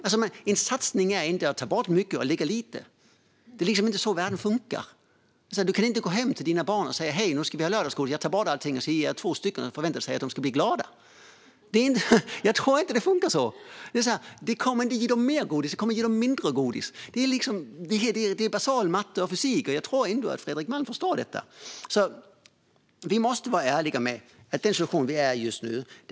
Att ta bort mycket och lägga till lite är inte en satsning. Det är inte så världen fungerar. Man kan inte gå hem till sina barn och säga: Hej! Nu ska vi ha lördagsgodis, ta bort allting och sedan ge två godisbitar och förvänta sig att de ska bli glada. Jag tror inte att det fungerar så. Det kommer inte att ge dem mer godis. Det kommer att ge dem mindre godis. Det är basal matte och fysik. Jag tror ändå att Fredrik Malm förstår det. Vi måste vara ärliga med den situation vi är i just nu.